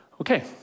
Okay